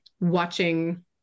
watching